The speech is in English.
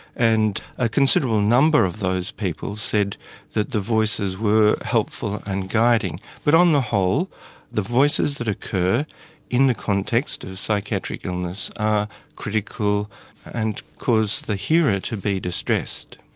and a considerable number of those people said that the voices were helpful and guiding. but on the whole the voices that occur in the context of psychiatric illness are critical and cause the hearer to be distressed.